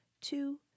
two